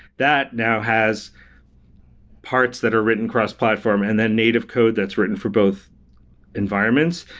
that now has parts that are written cross-platform and then native code that's written for both environments.